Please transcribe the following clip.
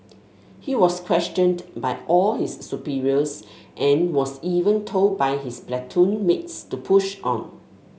he was questioned by all his superiors and was even told by his platoon mates to push on